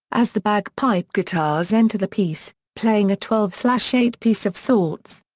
as the bagpipe guitars enter the piece, playing a twelve so so eight piece of sorts.